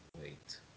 wait